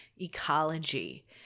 ecology